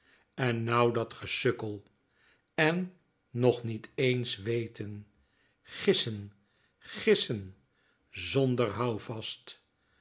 en nou dat gesukkel en nog niet eens wéten gissen gissen zonder houvast